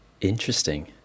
Interesting